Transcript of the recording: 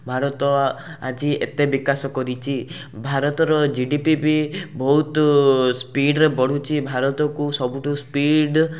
ଭାରତ ଆଜି ଏତେ ବିକାଶ କରିଛି ଭାରତର ଜି ଡ଼ି ପି ବି ବହୁତ ସ୍ପିଡ଼ରେ ବଢୁଛି ଭାରତକୁ ସବୁଠୁ ସ୍ପିଡ଼